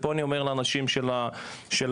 ופה אני אומר לאנשי המועצה לביטחון